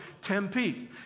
Tempe